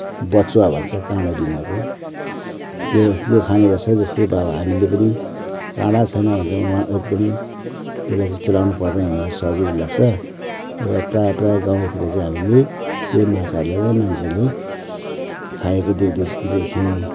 बचुवा भन्छ काँडा बिनाको त्यो त्यो खाने गर्छ जस्तै हामीले पनि काँडा छैन भने चाहिँ एकदमै त्यसलाई चाहिँ केलाउनु पर्दैन भनेर सजिलो लाग्छ र प्राय प्राय गाउँ बस्तीमा चाहिँ हामीले त्यही माछाहरू लाई नै मान्छेले खाएको देख्दछु देखेँ